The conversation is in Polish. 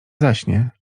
zaśnie